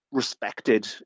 respected